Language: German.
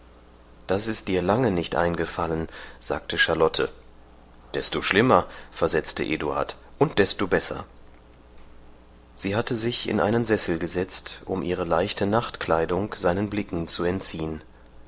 das ist dir lange nicht eingefallen sagte charlotte desto schlimmer versetzte eduard und desto besser sie hatte sich in einen sessel gesetzt um ihre leichte nachtkleidung seinen blicken zu entziehen